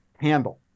handle